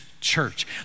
church